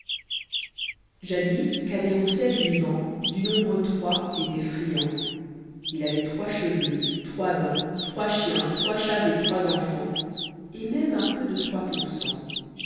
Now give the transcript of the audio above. jadis cadet-roussel vivant du nombre trois était friand h avait trois cheveux trois dents trois chiens trois chats et trois enfants et même un peu de trois pour cent